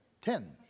ten